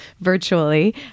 virtually